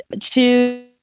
choose